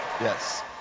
Yes